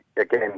again